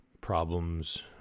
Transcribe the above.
problems